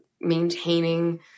maintaining